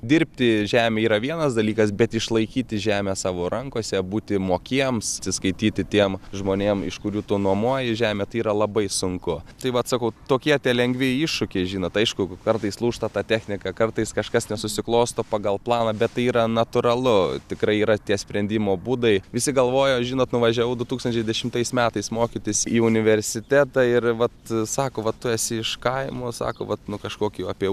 dirbti žemę yra vienas dalykas bet išlaikyti žemę savo rankose būti mokiems atsiskaityti tiem žmonėm iš kurių tu nuomoji žemę tai yra labai sunku tai vat sakau tokie tie lengvi iššūkiai žinot aišku kartais lūžta ta technika kartais kažkas nesusiklosto pagal planą bet tai yra natūralu tikrai yra tie sprendimo būdai visi galvoja žinot nuvažiavau du tūkstančiai dešimtais metais mokytis į universitetą ir vat sako va tu esi iš kaimo sako vat nu kažkokį apie